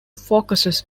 focuses